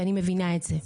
ואני מבינה את זה.